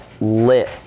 lit